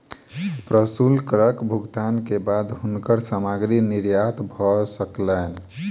प्रशुल्क करक भुगतान के बाद हुनकर सामग्री निर्यात भ सकलैन